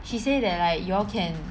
she say that like you all can